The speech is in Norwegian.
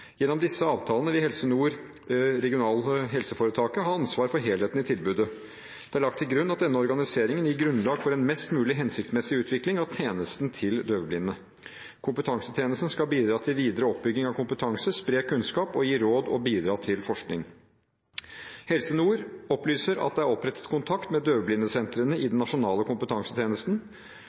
Gjennom disse avtalene vil Helse Nord ha ansvar for helheten i tilbudet. Det er lagt til grunn at denne organiseringen gir grunnlag for en mest mulig hensiktsmessig utvikling av tjenestene til døvblinde. Kompetansetjenesten skal bidra til videre oppbygging av kompetanse, og den skal bidra til å spre kunnskap og gi råd samt bidra til forskning. Helse Nord opplyser at det er opprettet kontakt med døvblindesentrene i den nasjonale kompetansetjenesten.